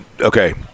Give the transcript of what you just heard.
okay